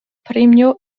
premio